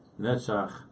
Netzach